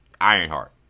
ironheart